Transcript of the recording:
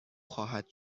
خواهد